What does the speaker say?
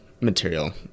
material